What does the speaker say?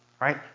Right